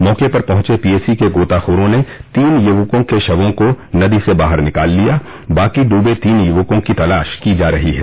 मौके पर पहुंचे पीएसी के गोताखोरों ने तीन युवकों के शवों को नदी से बाहर निकाल लिया बाकी डूबे तीन युवकों की तलाश की जा रही है